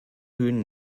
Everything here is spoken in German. höhen